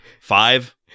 Five